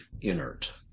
inert